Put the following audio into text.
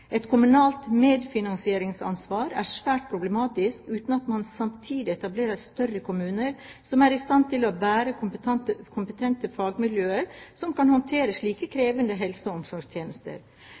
Et kommunalt medfinansieringsansvar er svært problematisk uten at man samtidig etablerer større kommuner som er i stand til å bære kompetente fagmiljøer som kan håndtere slike krevende helse- og omsorgstjenester.